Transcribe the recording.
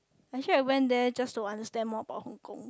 actually went there just to understand more about Hong-Kong